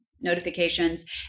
notifications